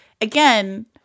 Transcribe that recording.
again